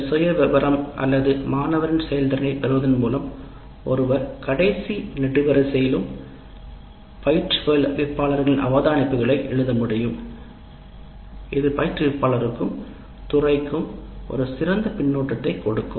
இந்த சுயவிவரம் அல்லது மாணவர் செயல்திறனைப் பெறுவதன் மூலம் ஒருவர் கடைசி நெடுவரிசையில் பயிற்றுவிப்பாளரின் அவதானிப்புகளை எழுத முடியும் இது பயிற்றுவிப்பாளருக்கும் துறைக்கும் ஒரு சிறந்த பின்னூட்ட கருத்தை கொடுக்கும்